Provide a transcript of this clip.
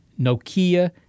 Nokia